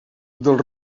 del